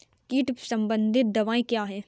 कीट संबंधित दवाएँ क्या हैं?